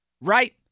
Right